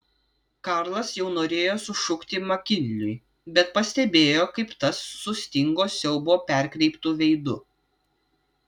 karlas jau norėjo sušukti makinliui bet pastebėjo kaip tas sustingo siaubo perkreiptu veidu